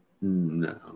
No